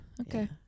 Okay